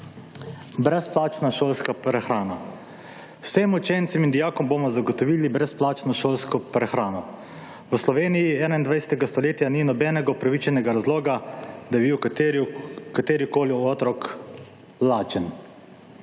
»Brezplačna šolska prehrana. Vsem učencem in dijakom bomo zagotovili brezplačno šolsko prehrano. V Sloveniji 21. stoletja ni nobenega upravičenega razloga, da bi bil katerikoli otrok lačen.«